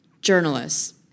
journalists